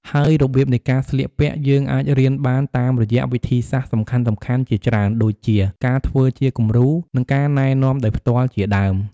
ហើយរបៀបនៃការស្លៀកពាក់យើងអាចរៀនបានតាមរយៈវិធីសាស្រ្តសំខាន់ៗជាច្រើនដូចជា ការធ្វើជាគំរូ និង ការណែនាំដោយផ្ទាល់ជាដើម។